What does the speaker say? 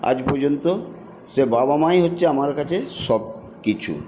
আজ পর্যন্ত সে বাবা মাই হচ্ছে আমার কাছে সবকিছু